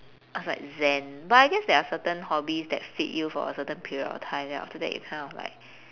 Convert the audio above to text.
I was like zen but I guess there are certain hobbies that fit you for a certain period of time then after that you kind of like